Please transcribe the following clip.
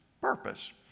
purpose